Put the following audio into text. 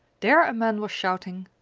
there a man was shouting,